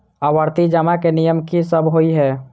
आवर्ती जमा केँ नियम की सब होइ है?